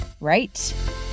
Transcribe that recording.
right